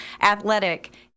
athletic